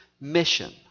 mission